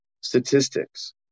statistics